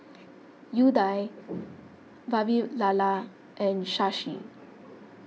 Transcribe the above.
Udai Vavilala and Shashi